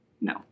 No